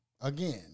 Again